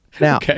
now